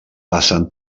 passen